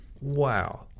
wow